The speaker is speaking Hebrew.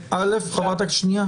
חברת הכנסת לסקי,